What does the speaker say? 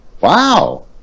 Wow